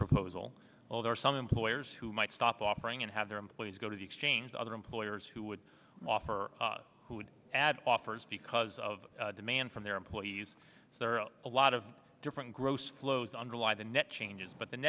proposal well there are some employers who might stop offering and have their employees go to the exchange other employers who would offer who would add offers because of demand from their employees so there are a lot of different gross flows underlie the net changes but the